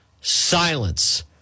Silence